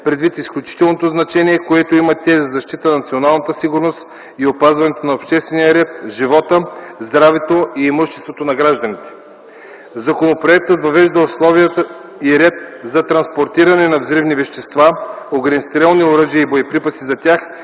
предвид изключителното значение, което имат те за защитата на националната сигурност и опазването на обществения ред, живота, здравето и имуществото на гражданите. Законопроектът въвежда условия и ред за транспортиране на взривни вещества, огнестрелни оръжия и боеприпаси за тях